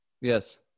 Yes